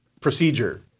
procedure